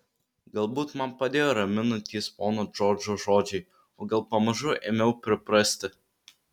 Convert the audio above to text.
galbūt man padėjo raminantys pono džordžo žodžiai o gal pamažu ėmiau priprasti